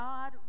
God